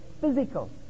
physical